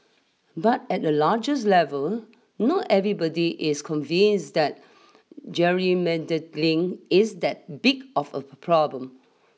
but at a largest level not everybody is convinced that gerrymandering is that big of a problem